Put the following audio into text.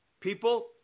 People